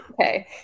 okay